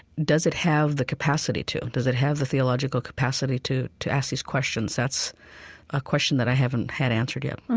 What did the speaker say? does it have the capacity to, does it have the theological capacity to to ask these questions? that's a question that i haven't had answered yet